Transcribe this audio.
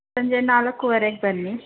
ಸಂಜೆ ನಾಲ್ಕೂವರೆಗೆ ಬನ್ನಿ